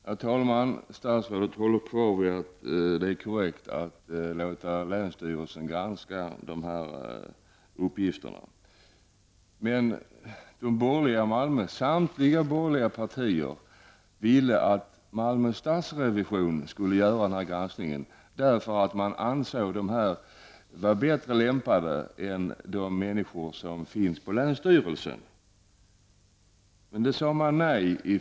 Herr talman! Statsrådet vidhåller att det är korrekt att länsstyrelsen granskar de här uppgifterna. Men samtliga borgerliga partier i Malmö ville att statsrevisionen i Malmö skulle göra den här granskningen. Man ansåg att denna var bättre lämpad att göra det än de människor som finns på länsstyrelsen.